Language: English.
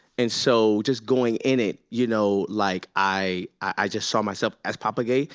and so just going in it, you know like i i just saw myself as papa ge.